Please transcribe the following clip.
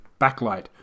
backlight